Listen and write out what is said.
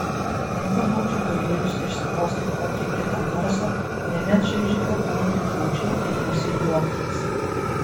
jeigu būčiau galėjusi išspausti kokį kitą garsą ne vien šaižiai kvėpuoti būčiau ėmusi juoktis